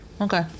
Okay